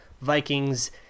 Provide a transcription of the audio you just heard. Vikings